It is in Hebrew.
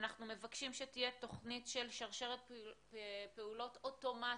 אנחנו מבקשים שתהיה תכנית של שרשרת פעולות אוטומטית,